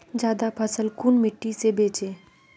ज्यादा फसल कुन मिट्टी से बेचे?